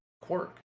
quirk